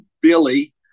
Billy